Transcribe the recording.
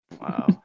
Wow